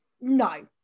no